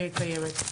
קצת מוזר, אבל בסדר.